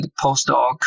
postdoc